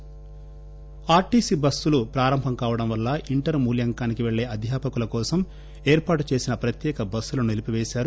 అధ్యాపకులు ఆర్టీసీ బస్సులు ప్రారంభం కావడం వల్ల ఇంటర్ మూల్యాంకనానికి పెల్లే అధ్యాపకుల కోసం ఏర్పాటుచేసిన ప్రత్యేక బస్సులను నిలిపిపేకారు